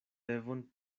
devon